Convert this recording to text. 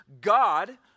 God